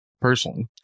Personally